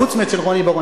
חוץ מאצל רוני בר-און.